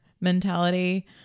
mentality